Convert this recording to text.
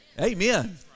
Amen